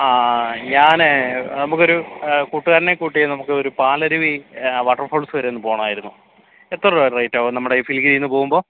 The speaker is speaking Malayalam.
ആ ഞാനേ നമുക്കൊരു കൂട്ടുകാരനെ കൂട്ടി നമുക്ക് ഒരു പാലരുവി വാട്ടർഫോൾസ് വരെയൊന്ന് പോവണമായിരുന്നു എത്ര രൂപ റേറ്റ് ആകും നമ്മുടെ ഈ പോവുമ്പോൾ